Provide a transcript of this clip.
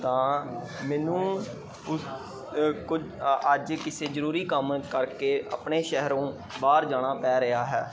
ਤਾਂ ਮੈਨੂੰ ਉਸ ਕੁਝ ਅੱਜ ਕਿਸੇ ਜ਼ਰੂਰੀ ਕੰਮ ਕਰਕੇ ਆਪਣੇ ਸ਼ਹਿਰੋਂ ਬਾਹਰ ਜਾਣਾ ਪੈ ਰਿਹਾ ਹੈ